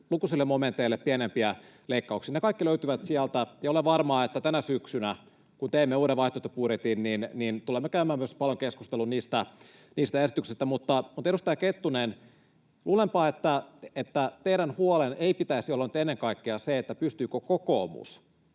lukuisille momenteille pienempiä leikkauksia. Ne kaikki löytyvät sieltä, ja olen varma, että tänä syksynä, kun teemme uuden vaihtoehtobudjetin, tulemme käymään myös paljon keskustelua niistä esityksistä. Mutta, edustaja Kettunen, luulenpa, että teidän huolenne ei pitäisi olla nyt ennen kaikkea se, pystyykö kokoomus